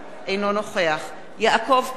אינו נוכח יעקב כץ,